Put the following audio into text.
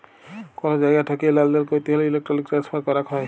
call জায়গা ঠেকিয়ে লালদেল ক্যরতে হ্যলে ইলেক্ট্রনিক ট্রান্সফার ক্যরাক হ্যয়